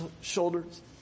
shoulders